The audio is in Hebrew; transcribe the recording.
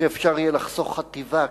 שאפשר יהיה לחסוך חטיבה,